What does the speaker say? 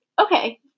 Okay